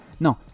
Non